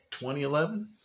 2011